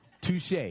Touche